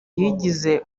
yigize